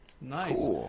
Nice